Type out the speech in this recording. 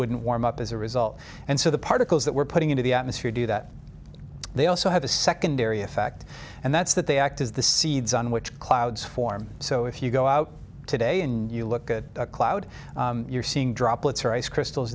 wouldn't warm up as a result and so the particles that we're putting into the atmosphere do that they also have a secondary effect and that's that they act as the seeds on which clouds form so if you go out today in you look at a cloud you're seeing droplets or ice crystals